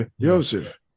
Joseph